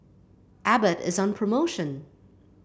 Abbott is on promotion